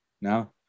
now